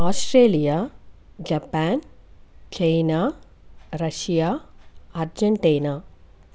Australia Japan China Russia Argentina